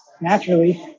naturally